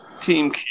Team